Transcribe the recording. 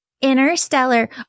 interstellar